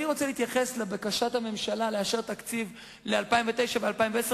אני רוצה להתייחס לבקשת הממשלה לאשר תקציב ל-2009 ול-2010,